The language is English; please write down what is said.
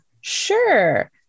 Sure